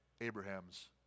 Abraham's